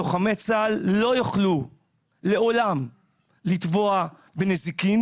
לוחמי צה"ל לא יוכלו לעולם לתבוע בנזיקין